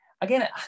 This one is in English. again